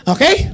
Okay